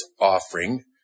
offering